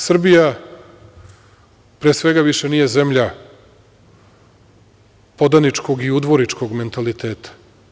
Srbija, pre svega, više nije zemlja podaničkog i udvoričkog mentaliteta.